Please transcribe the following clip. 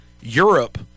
Europe